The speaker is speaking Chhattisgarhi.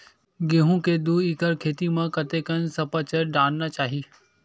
गेहूं के दू एकड़ खेती म कतेकन सफाचट डालना चाहि?